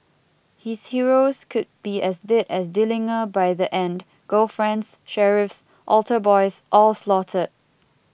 his heroes could be as dead as Dillinger by the end girlfriends sheriffs altar boys all slaughtered